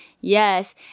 yes